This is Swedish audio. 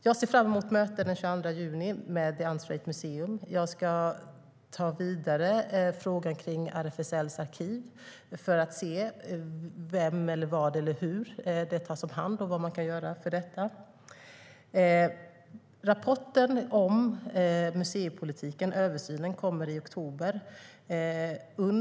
Jag ser fram emot mötet den 22 juni med The Unstraight Museum. Jag ska föra frågan om RFSL:s arkiv vidare för att se av vem eller hur det tas om hand och vad man kan göra för det. Rapporten om museipolitiken, översynen, kommer i oktober.